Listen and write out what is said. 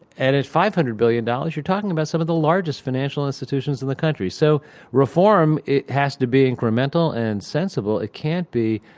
and at five hundred billion dollars you're talking about some of the largest financial institutions in the country, so reform has to be incremental and sensible. it can't be